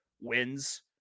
wins